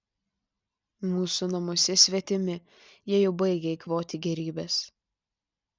mūsų namuose svetimi jie jau baigia eikvoti gėrybes